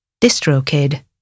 DistroKid